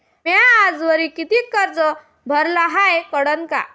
म्या आजवरी कितीक कर्ज भरलं हाय कळन का?